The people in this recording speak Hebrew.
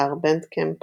באתר בנדקמפ